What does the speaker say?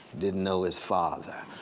didn't know his father.